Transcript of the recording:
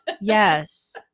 yes